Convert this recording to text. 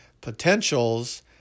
potentials